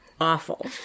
awful